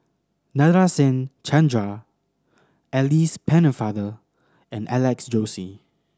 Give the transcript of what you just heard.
Nadasen Chandra Alice Pennefather and Alex Josey